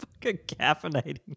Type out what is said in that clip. caffeinating